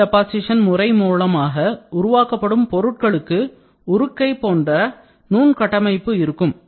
beam deposition முறை மூலமாக உருவாக்கப்படும் பொருட்களுக்கு உருக்கை cast போன்ற நுண்கட்டமைப்பு microstructure இருக்கும்